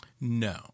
No